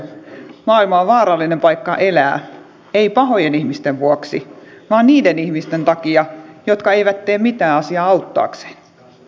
maailma on vaarallinen paikka elää ei pahojen ihmisten vuoksi vaan niiden ihmisten takia jotka eivät tee mitään asiaa auttaakseen